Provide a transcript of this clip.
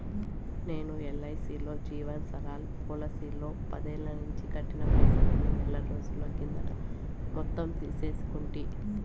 నేను ఎల్ఐసీలో జీవన్ సరల్ పోలసీలో పదేల్లనించి కట్టిన పైసల్ని నెలరోజుల కిందట మొత్తం తీసేసుకుంటి